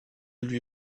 lui